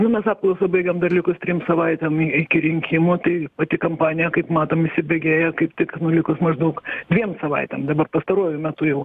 nu mes apklausas baigėm dar likus trim savaitėms iki rinkimų tai pati kampanija kaip matom įsibėgėja kaip tik nu likus maždaug dviem savaitėm dabar pastaruoju metu jau